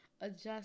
adjust